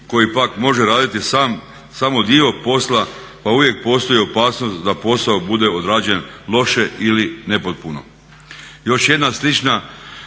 koji pak može raditi sam samo dio posla pa uvijek postoji opasnost da posao bude odrađen loše ili nepotpuno. Još jedna slična